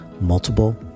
multiple